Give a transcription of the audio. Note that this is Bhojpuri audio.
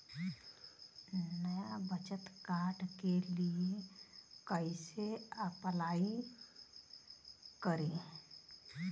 नया बचत कार्ड के लिए कइसे अपलाई करी?